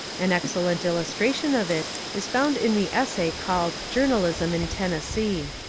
an excellent illus tration of it is found in the essay called jour nalism in tennessee.